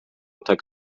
tak